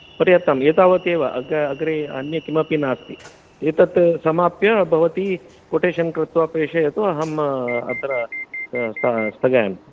पर्याप्तम् एतावदेव अग् अग्रे अन्यद् किमपि नास्ति एतत् समाप्य भवती कोटेशन् कृत्वा प्रेषयतु अहम् अत्र स्त स्थगयामि